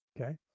Okay